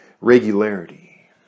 regularity